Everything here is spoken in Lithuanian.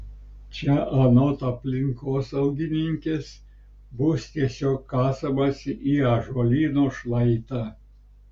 čia anot aplinkosaugininkės bus tiesiog kasamasi į ąžuolyno šlaitą